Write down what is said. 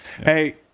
Hey